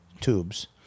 tubes